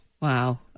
wow